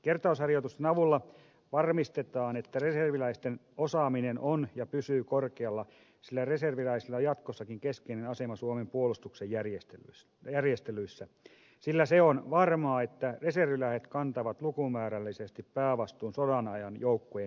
kertausharjoitusten avulla varmistetaan että reserviläisten osaaminen on ja pysyy korkealla sillä reserviläisillä on jatkossakin keskeinen asema suomen puolustuksen järjestelyissä sillä se on varmaa että reserviläiset kantavat lukumäärällisesti päävastuun sodan ajan joukkojen tehtävissä